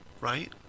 right